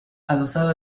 adosado